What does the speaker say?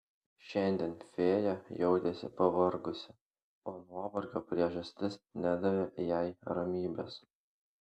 šiandien fėja jautėsi pavargusi o nuovargio priežastis nedavė jai ramybės